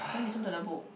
you want listen to the book